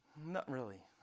not really.